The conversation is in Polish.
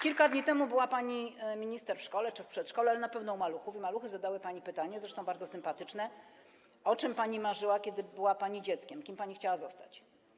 Kilka dni temu była pani minister w szkole czy w przedszkolu, ale na pewno u maluchów, i maluchy zadały pani pytanie, zresztą bardzo sympatyczne, o czym pani marzyła, kiedy była pani dzieckiem, kim pani chciała zostać.